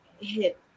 hit